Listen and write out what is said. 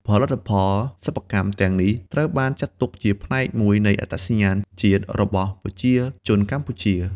ផលិតផលសិប្បកម្ម ទាំងនេះត្រូវបានចាត់ទុកជាផ្នែកមួយនៃអត្តសញ្ញាណជាតិរបស់ប្រជាជនកម្ពុជា។